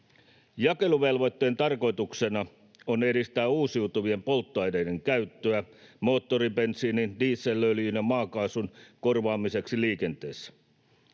Jakeluvelvoitteen tarkoituksena on edistää uusiutuvien polttoaineiden käyttöä moottoribensiinin, dieselöljyn ja maakaasun korvaamiseksi liikenteessä.